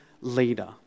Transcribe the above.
leader